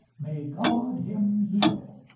may god him heal!